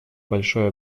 большой